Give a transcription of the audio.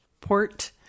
port